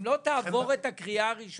כי אם לא תעבור את הקריאה הראשונה,